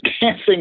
dancing